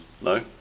No